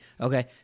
okay